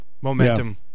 momentum